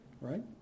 Right